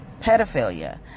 pedophilia